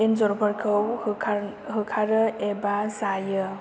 एनजरफोरखौ होखारनो होखारो एबा जायो